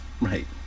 Right